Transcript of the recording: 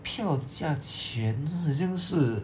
票价钱很像是